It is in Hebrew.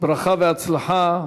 ברכה והצלחה.